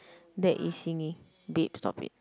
that is singing babe stop it